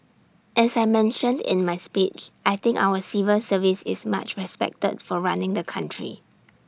as I mentioned in my speech I think our civil service is much respected for running the country